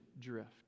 drift